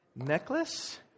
necklace